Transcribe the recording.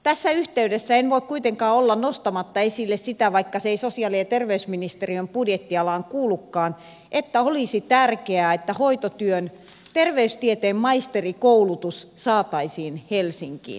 tässä yhteydessä en voi kuitenkaan olla nostamatta esille sitä vaikka se ei sosiaali ja terveysministeriön budjettialaan kuulukaan että olisi tärkeää että hoitotyön terveystieteen maisterikoulutus saataisiin helsinkiin